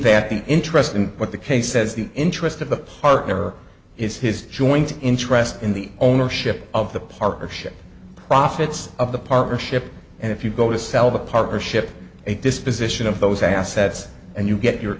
the interest and what the case says the interest of the partner is his joint interest in the ownership of the partnership profits of the partnership and if you go to sell the partnership a disposition of those assets and you get your